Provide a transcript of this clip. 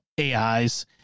AIs